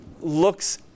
looks